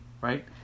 Right